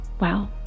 Wow